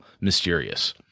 mysterious